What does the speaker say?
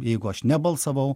jeigu aš nebalsavau